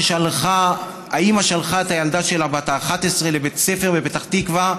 היא שלחה את הילדה שלה בת ה-11 לבית הספר בפתח תקווה,